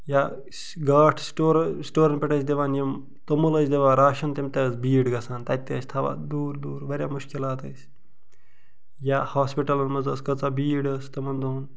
یا گاٹھ سٹور سٹورن پٮ۪ٹھ ٲس دِوان یم توٚمُل ٲسۍ دِوان راشن تم تہِ ٲس بیٖڈ گژھان تِتہِ تہِ ٲسۍ تھاوان دوٗر دوٗر واریاہ مُشکلات ٲس یا ہاسپِٹلن منٛز ٲس کٲژاہ بیٖڈ ٲس تمَن دۄہَن